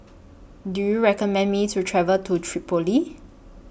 Do YOU recommend Me to travel to Tripoli